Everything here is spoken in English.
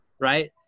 right